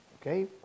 Okay